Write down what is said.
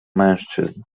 mężczyzn